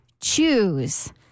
choose